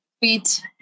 Sweet